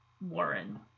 Warren